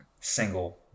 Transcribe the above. single